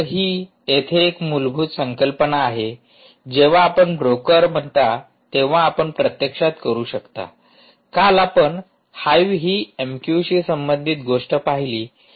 तर ही येथे एक मूलभूत संकल्पना आहे जेंव्हा आपण ब्रोकर म्हणता तेव्हा आपण प्रत्यक्षात करू शकता काल आपण हाईव्ह ही एमक्यूशी संबंधित गोष्ट पाहिली